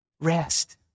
Rest